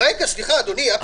רגע, סליחה, תן לי עוד דקה.